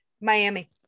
Miami